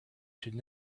should